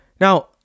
Now